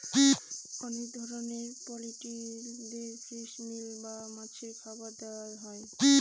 অনেক ধরনের পোল্ট্রিদের ফিশ মিল বা মাছের খাবার দেওয়া হয়